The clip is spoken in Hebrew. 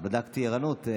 בדקתי ערנות.